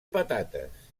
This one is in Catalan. patates